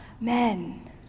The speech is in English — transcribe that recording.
men